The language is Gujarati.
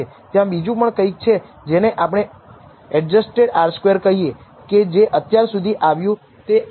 ત્યાં બીજું પણ કંઈક છે જેને આપણે એડજસ્ટેડ R સ્ક્વેરડ કહીએ કે જે અત્યાર સુધી આવ્યું તે આ છે